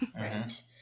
Right